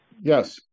Yes